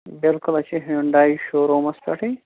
بِلکُل اَسہِ چھِ ہِیوٗنٛڈای شُوروٗمَس پٮ۪ٹھٕے